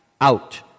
out